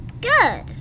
Good